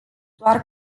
doar